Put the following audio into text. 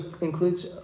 includes